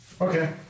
Okay